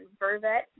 vervet